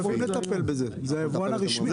הם אמורים לטפל בזה, זה היבואן הרשמי.